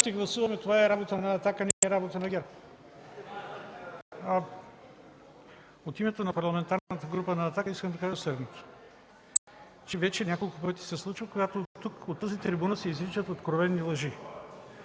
От името на Парламентарната група на „Атака” искам да кажа следното. Вече няколко пъти се случва, когато оттук, от тази трибуна се изричат откровени лъжи.